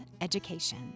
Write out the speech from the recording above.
education